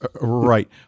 Right